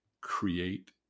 create